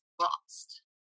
lost